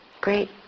great